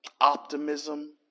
optimism